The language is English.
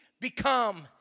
become